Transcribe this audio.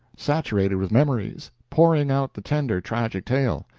saturated with memories, pouring out the tender, tragic tale.